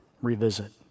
revisit